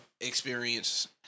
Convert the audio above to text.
experience